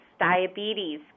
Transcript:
diabetes